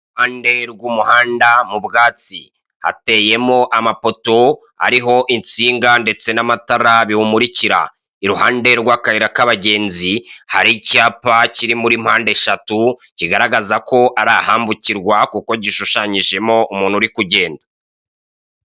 Iruhande rw'umuhanda mu bwatsi hateyemo amapoto ariho insinga ndetse n'amatara biwumurikira, iruhande rw'akayira k'abagenzi hari icyapa kiri muri mpande eshatu kigaragaza ko ari ahambukirwa kuko gishushanyijemo umuntu uri kugenda.